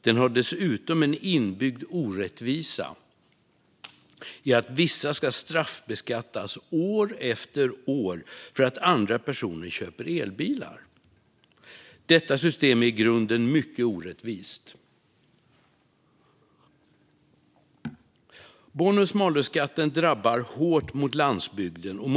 Den har dessutom en inbyggd orättvisa i att vissa ska straffbeskattas år efter år för att andra personer köper elbilar. Detta system är i grunden mycket orättvist. Bonus malus-skatten drabbar landsbygden hårt.